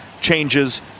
changes